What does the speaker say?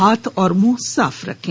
हाथ और मुंह साफ रखें